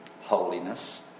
holiness